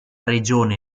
regione